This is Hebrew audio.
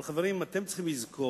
אבל, חברים, אתם צריכים לזכור,